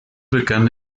begann